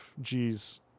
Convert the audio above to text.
G's